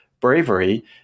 bravery